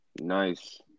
Nice